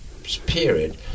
period